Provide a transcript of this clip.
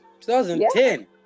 2010